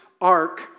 ark